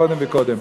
וקודם וקודם.